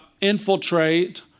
infiltrate